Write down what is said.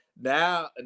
now